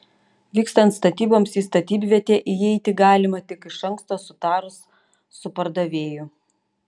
vykstant statyboms į statybvietę įeiti galima tik iš anksto sutarus su pardavėju